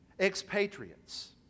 Expatriates